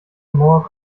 more